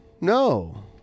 No